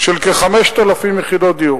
של כ-5,000 יחידות דיור.